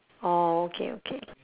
orh okay okay